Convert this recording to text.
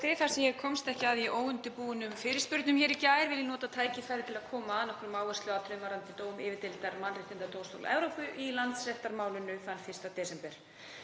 Þar sem ég komst ekki að í óundirbúnum fyrirspurnum í gær vil ég nota tækifærið til að koma að nokkrum áhersluatriðum varðandi dóm yfirdeildar Mannréttindadómstóls Evrópu í Landsréttarmálinu þann 1. desember.